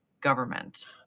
government